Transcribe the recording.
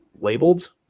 Labeled